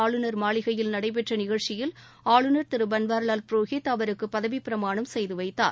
ஆளுநர் மாளிகையில் நடைபெற்ற நிகழ்ச்சியில் ஆளுநர் திரு பன்வாரிவால் புரோஹித் அவருக்கு பதவிப்பிரமாணம் செய்து வைத்தார்